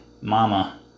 Mama